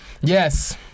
yes